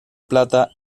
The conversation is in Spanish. plata